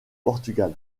portugal